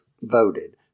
voted